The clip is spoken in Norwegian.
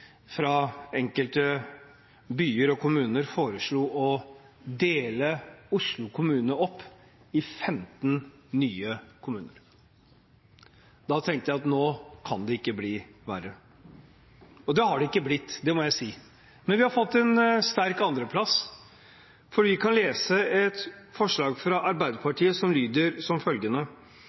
fra enkelte byer og kommuner foreslo å dele Oslo kommune opp i 15 nye kommuner. Da tenkte jeg at nå kan det ikke bli verre. Det har det ikke blitt, det må jeg si. Men vi har fått en sterk andreplass. Vi kan lese et forslag fra Arbeiderpartiet som